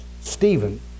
Stephen